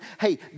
hey